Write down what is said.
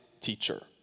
teacher